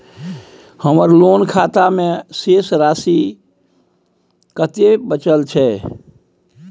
हमर लोन खाता मे शेस कत्ते राशि बचल छै?